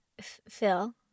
Phil